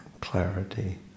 clarity